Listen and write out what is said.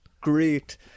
great